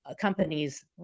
companies